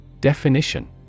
Definition